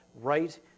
right